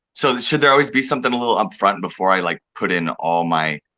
so, should there always be something a little upfront before i like put in all my.